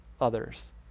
others